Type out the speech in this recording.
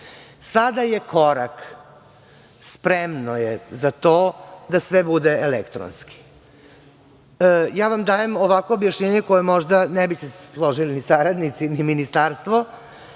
je korak, spremno je za to da sve bude elektronski. Ja vam dajemo ovako objašnjenje koje možda ne bi se složili ni saradnici ni ministarstvo,